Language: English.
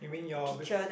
you mean your